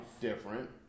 different